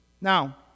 Now